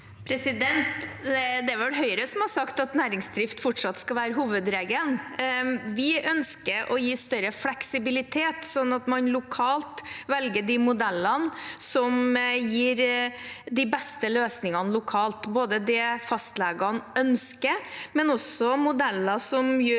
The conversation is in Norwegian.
Det er vel Høy- re som har sagt at næringsdrift fortsatt skal være hovedregelen. Vi ønsker å gi større fleksibilitet, slik at man lokalt velger de modellene som gir de beste løsningene lokalt, både det fastlegene ønsker, og modeller som gjør